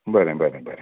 बरें बरें बरें